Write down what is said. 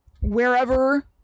wherever